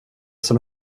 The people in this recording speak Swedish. som